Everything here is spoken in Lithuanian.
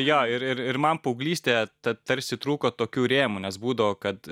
jo ir ir ir man paauglystėje ta tarsi trūko tokių rėmų nes būdo kad